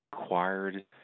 required